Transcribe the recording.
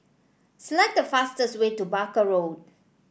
select the fastest way to Barker Road